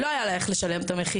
לא היה לה איך לשלם את המכינה.